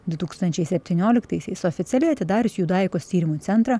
du tūkstančiai septynioliktaisiais oficialiai atidarius judaikos tyrimų centrą